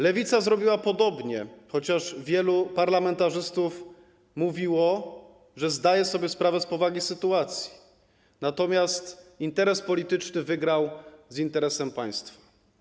Lewica zrobiła podobnie, chociaż wielu parlamentarzystów mówiło, że zdaje sobie sprawę z powagi sytuacji, natomiast interes polityczny wygrał z interesem państwa.